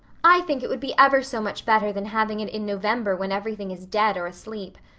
i think it would be ever so much better than having it in november when everything is dead or asleep.